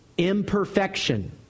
Imperfection